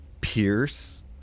pierce